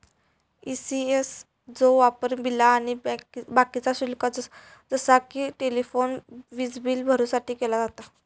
ECS चो वापर बिला आणि बाकीचा शुल्क जसा कि टेलिफोन, वीजबील भरुसाठी केलो जाता